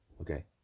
okay